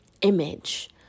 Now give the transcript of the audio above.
image